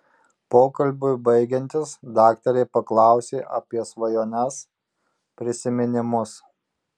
pokalbiui baigiantis daktarė paklausia apie svajones prisiminimus